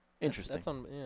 Interesting